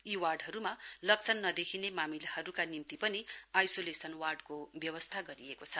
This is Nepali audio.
यी वार्डहरूमा लक्षण नदेखिने मामिलाहरूका निम्ति पनि आइसोलेसन वार्डको व्यवस्था गरिएको छ